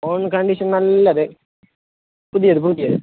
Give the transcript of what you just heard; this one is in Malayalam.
ഓ കണ്ടീഷൻ നല്ലത് പുതിയത് പുതിയത്